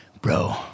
Bro